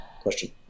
question